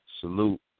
Salute